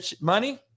money